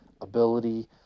ability